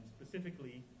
specifically